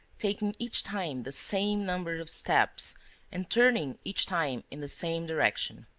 taking each time the same number of steps and turning each time in the same direction.